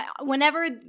whenever